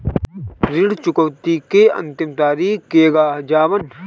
ऋण चुकौती के अंतिम तारीख केगा जानब?